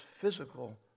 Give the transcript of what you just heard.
physical